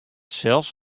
sels